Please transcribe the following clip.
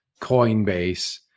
Coinbase